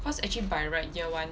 cause actually by right year one